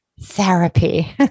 therapy